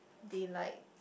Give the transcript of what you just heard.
daylight